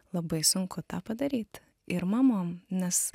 labai sunku tą padaryti ir mamom nes